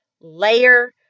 layer